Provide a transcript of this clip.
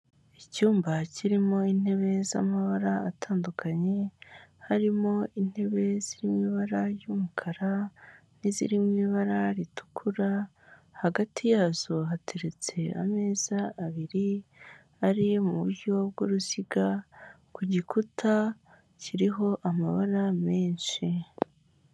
Icyumba kirimo intebe z'amabara atandukanye harimo intebe ziri mu ibara ry'umukara n'iziri mu ibara rutukura hagati yazo, hateretse ameza abiri ari mu buryo bw'uruziga ku gikuta kiriho amabara menshi.